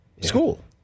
school